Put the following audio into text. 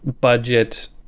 budget